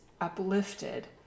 uplifted